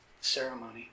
ceremony